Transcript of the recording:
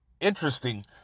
interesting